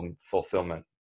fulfillment